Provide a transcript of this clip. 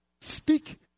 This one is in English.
Speak